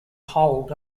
hold